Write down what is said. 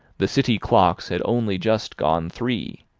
the city clocks had only just gone three,